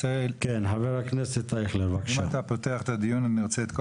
אם אתה פותח את הדיון אני רוצה את כל